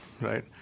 right